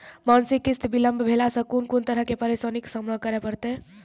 मासिक किस्त बिलम्ब भेलासॅ कून कून तरहक परेशानीक सामना करे परतै?